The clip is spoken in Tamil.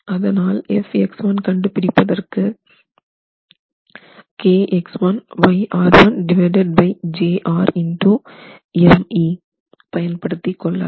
அதனால் Fx1 கண்டுபிடிப்பதற்கு பயன்படுத்திக்கொள்ளலாம்